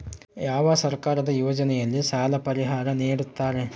ಯಾವ ಸರ್ಕಾರದ ಯೋಜನೆಯಲ್ಲಿ ಸಾಲ ಪರಿಹಾರ ನೇಡುತ್ತಾರೆ?